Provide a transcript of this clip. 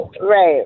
right